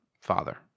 father